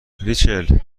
ریچل